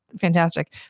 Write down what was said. fantastic